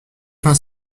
fin